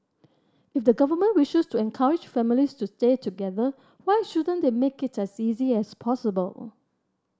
if the government wishes to encourage families to stay together why shouldn't they make it as easy as possible